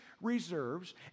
reserves